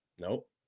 Nope